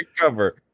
cover